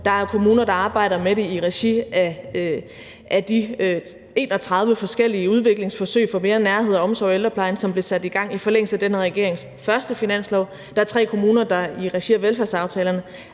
Der er kommuner, der arbejder med det i regi af de 31 forskellige udviklingsforsøg for at få mere nærvær og omsorg i ældreplejen, som blev sat i gang i forlængelse af den her regerings første finanslov. Der er tre kommuner, der i regi af velfærdsaftalerne